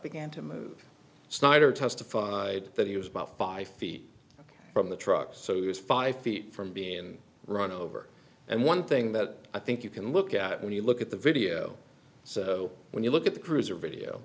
began to move snider testified that he was about five feet from the truck so it was five feet from being run over and one thing that i think you can look at when you look at the video so when you look at the cruiser video